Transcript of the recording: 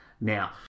now